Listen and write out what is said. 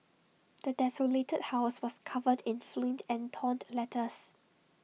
the desolated house was covered in filth and torn letters